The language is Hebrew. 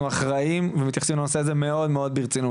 אנחנו אחראיים ואנחנו מתייחסים לנושא הזה מאוד ברצינות.